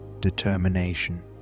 determination